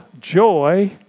joy